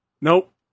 Nope